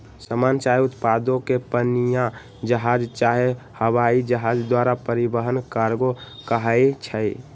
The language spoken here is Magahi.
समान चाहे उत्पादों के पनीया जहाज चाहे हवाइ जहाज द्वारा परिवहन कार्गो कहाई छइ